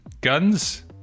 guns